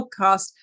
podcast